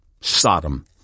Sodom